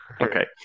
okay